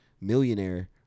millionaire